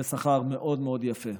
זה שכר מאוד מאוד יפה,